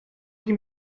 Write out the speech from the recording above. give